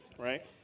right